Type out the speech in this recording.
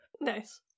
nice